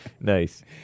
Nice